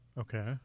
Okay